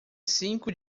cinco